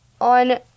On